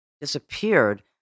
disappeared